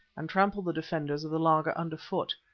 and trample the defenders of the laager under foot.